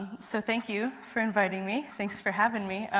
so thank you for inviting me. thank for having me.